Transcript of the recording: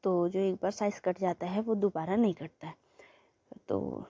तो जो एक बार साइज़ कट जाता है वो दोबारा नहीं कटता है तो